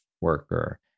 worker